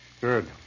Good